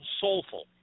soulful